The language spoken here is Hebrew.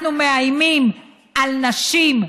אנחנו מאיימים על נשים,